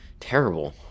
terrible